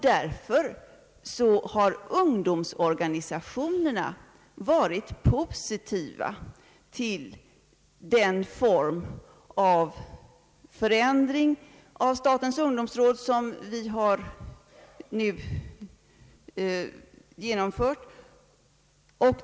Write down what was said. Därför har ungdomsorganisationerna varit positiva till den form av förändring av statens ungdomsråd som vi nu har genomfört.